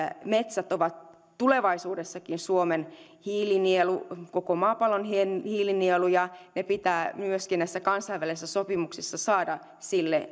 metsät ovat tulevaisuudessakin suomen hiilinielu koko maapallon hiilinielu ja ne pitää myöskin näissä kansainvälisissä sopimuksissa saada sille